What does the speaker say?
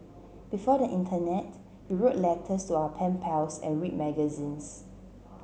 before the internet we wrote letters to our pen pals and read magazines